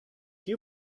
you